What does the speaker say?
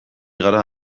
gara